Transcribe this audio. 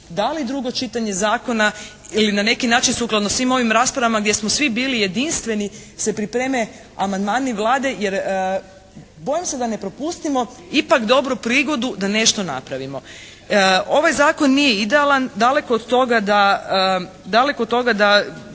da li drugo čitanje zakona ili na neki način sukladno svim ovim raspravama gdje smo svi bili jedinstveni se pripreme amandmani Vlade jer bojim se da ne propustimo ipak dobru prigodu da nešto napravimo. Ovaj zakon nije idealan. Daleko od toga da